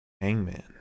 Hangman